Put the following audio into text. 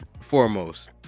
foremost